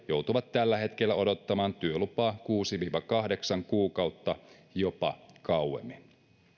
joutuvat tällä hetkellä odottamaan työlupaa kuusi viiva kahdeksan kuukautta jopa kauemmin